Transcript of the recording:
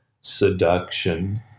Seduction